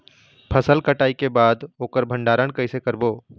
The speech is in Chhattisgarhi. फसल कटाई के बाद ओकर भंडारण कइसे करबो?